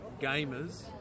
gamers